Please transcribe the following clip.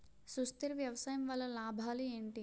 సుస్థిర వ్యవసాయం వల్ల లాభాలు ఏంటి?